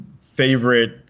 favorite